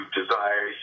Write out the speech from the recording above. desire